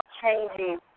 changing